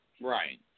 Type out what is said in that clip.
Right